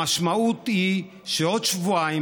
המשמעות היא שעוד שבועיים,